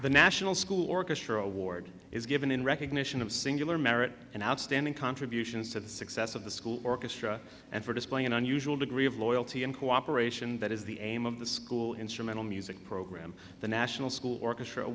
the national school orchestra award is given in recognition of singular merit and outstanding contributions to the success of the school orchestra and for displaying an unusual degree of loyalty and cooperation that is the aim of the school instrumental music program the national school or